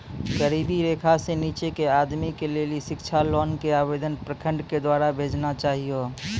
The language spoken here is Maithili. गरीबी रेखा से नीचे के आदमी के लेली शिक्षा लोन के आवेदन प्रखंड के द्वारा भेजना चाहियौ?